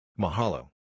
Mahalo